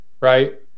right